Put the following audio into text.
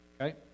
Okay